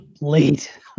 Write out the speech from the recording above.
late